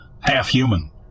half-human